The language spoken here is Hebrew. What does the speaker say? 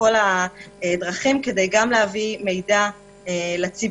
בכל הדרכים כדי גם להביא מידע לציבור